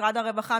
משרד הרווחה,